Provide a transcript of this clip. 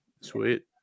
Sweet